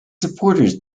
supporters